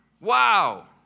Wow